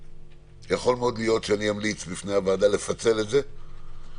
יכול מאוד להיות שאני אמליץ בפני הוועדה לפצל את זה,